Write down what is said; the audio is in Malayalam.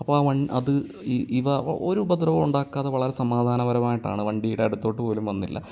അപ്പം ആ വൺ അത് ഇ ഇവ ഒരു ഉപദ്രവവും ഉണ്ടാക്കാതെ വളരെ സമാധാനപരമായിട്ടാണ് വണ്ടിയുടെ അടുത്തോട്ട് പോലും വന്നില്ല